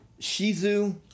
Shizu